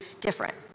different